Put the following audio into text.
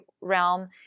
realm